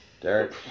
Derek